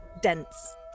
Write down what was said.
dense